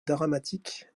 dramatiques